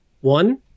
One